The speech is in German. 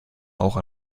auch